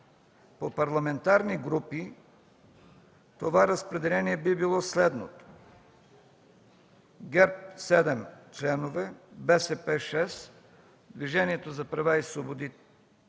По парламентарни групи това разпределение би било следното: ГЕРБ – 7 членове, БСП – 6, Движението за права и свободи